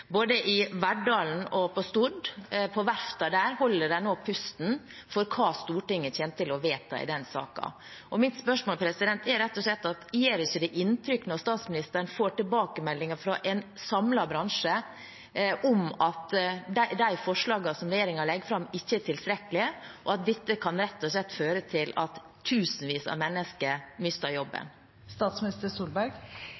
både i Verdal og på Stord holder de nå pusten for hva Stortinget kommer til å vedta i den saken. Mitt spørsmålet er rett og slett: Gjør det ikke inntrykk når statsministeren får tilbakemeldinger fra en samlet bransje om at de forslagene som regjeringen legger fram, ikke er tilstrekkelige, og at dette rett og slett kan føre til at tusenvis av mennesker mister